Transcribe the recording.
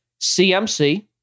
CMC